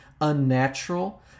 unnatural